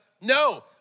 no